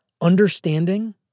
Understanding